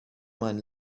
mind